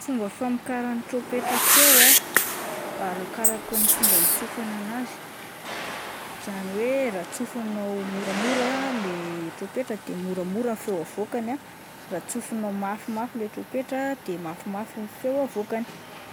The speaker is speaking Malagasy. Fomba famokaran'ny trompetra feo ah arakaraka ny fomba hitsofana anazy izany hoe raha tsofinao moramora le trompetra de moramora ny feo avoakany ah, raha tsofinao mafimafy ilay trompetra de mafimafy ny feo avoakany.